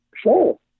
Sure